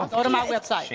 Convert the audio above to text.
go to my website.